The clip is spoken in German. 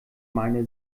meine